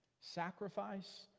Sacrifice